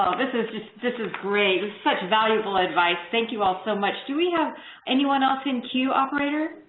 this is just this is great and such valuable advice. thank you all so much. do we have anyone else in queue, operator?